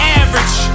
average